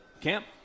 Camp